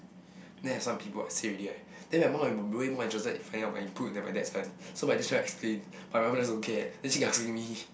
then like some people I say already right then my mom way more interested in finding out my input than my dad's one so my dad trying to explain my mom just don't care then she keep asking me